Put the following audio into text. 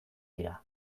dira